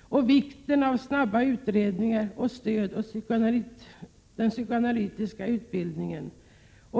och vikten av snabba utredningar och stöd för psykoanalytikerutbildningen.